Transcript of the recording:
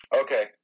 Okay